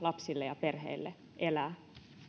lapsille ja perheille elää